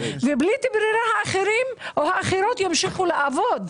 ובלית ברירה האחרים ימשיכו לעבוד.